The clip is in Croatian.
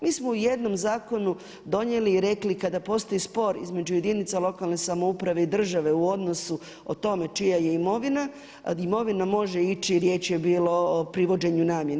Mi smo u jednom zakonu donijeli i rekli kada postoji spor između jedinica lokalne samouprave i države u odnosu o tome čija je imovina, a imovina može ići, riječ je bilo o privođenju i namjeni.